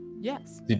yes